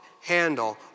handle